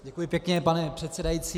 Děkuji pěkně, pane předsedající.